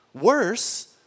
Worse